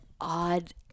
odd